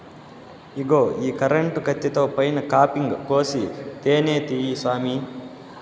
ఇగో ఈ కరెంటు కత్తితో పైన కాపింగ్ కోసి తేనే తీయి సామీ